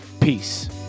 Peace